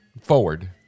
forward